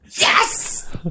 Yes